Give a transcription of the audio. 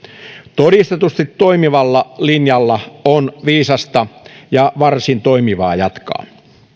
todistetusti toimivalla linjalla on viisasta ja varsin toimivaa jatkaa